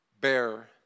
bear